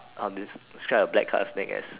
I'll describe a black colour snake as